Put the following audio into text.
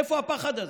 איפה הפחד הזה?